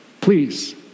please